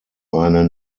eine